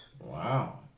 Wow